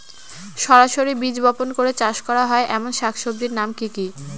সরাসরি বীজ বপন করে চাষ করা হয় এমন শাকসবজির নাম কি কী?